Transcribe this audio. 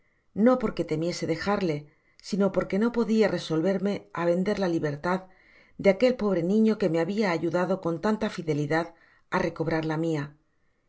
no porque temiese dejarle sino perque no podia resolverme á vender la libertad de aquel pobre niño que me habia ayudado con tanta fidelidad á recobrar la mia